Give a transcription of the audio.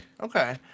Okay